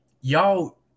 y'all